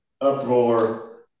uproar